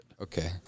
Okay